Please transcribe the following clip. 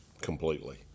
completely